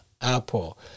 Apple